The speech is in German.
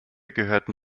gehörten